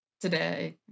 today